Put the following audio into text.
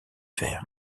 fer